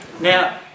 Now